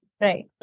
Right